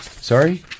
Sorry